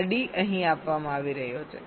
આ D અહીં આપવામાં આવી રહ્યો છે